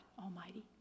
Almighty